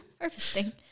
harvesting